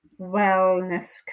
Wellness